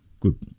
good